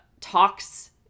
talks